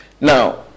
Now